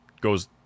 goes